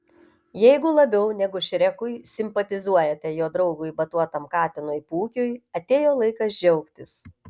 jeigu labiau negu šrekui simpatizuojate jo draugui batuotam katinui pūkiui atėjo laikas džiaugtis